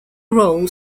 role